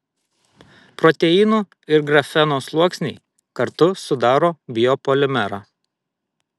proteinų ir grafeno sluoksniai kartu sudaro biopolimerą